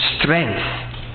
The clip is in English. strength